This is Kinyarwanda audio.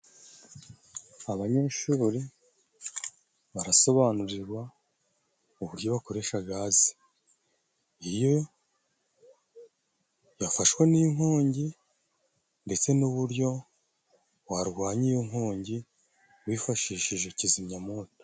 Abanyeshuri barasobanurirwa uburyo bakoresha gaze, iyo yafashwe n'inkongi ndetse n'uburyo warwanya iyo nkongi wifashishije kizimyamwoto.